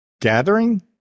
gathering